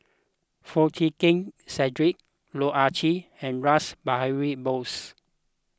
Foo Chee Keng Cedric Loh Ah Chee and Rash Behari Bose